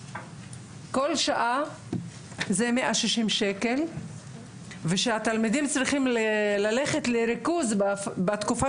כל שעה זה 160 שקל וכשהתלמידים צריכים ללכת לריכוז בתקופה